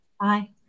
Bye